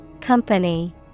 Company